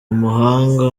umuhanga